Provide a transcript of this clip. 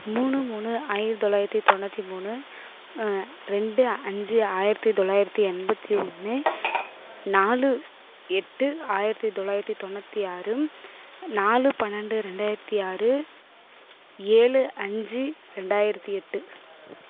மூணு மூணு ஆயிரத்து தொள்ளாயிரத்தி தொண்ணூற்றி மூணு ரெண்டு அஞ்சு ஆயிரத்து தொள்ளாயிரத்தி எண்பத்து ஒன்று நாலு எட்டு ஆயிரத்து தொள்ளாயிரத்தி தொண்ணூற்றி ஆறு நாலு பன்னெண்டு ரெண்டாயிரத்து ஆறு ஏழு அஞ்சு ரெண்டாயிரத்து எட்டு